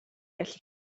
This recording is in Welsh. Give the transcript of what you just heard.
gallu